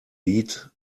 lead